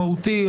משמעותי.